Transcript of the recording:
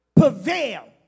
Prevail